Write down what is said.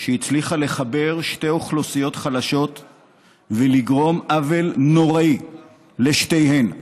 שהצליחה לחבר שתי אוכלוסיות חלשות ולגרום עוול נוראי לשתיהן.